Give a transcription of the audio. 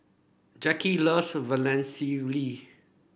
Jacki loves Vermicelli